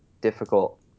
difficult